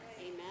Amen